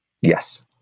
Yes